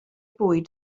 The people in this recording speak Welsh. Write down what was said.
bwyd